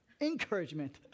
Encouragement